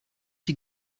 sie